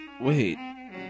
wait